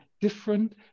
different